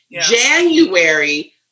January